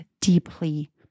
deeply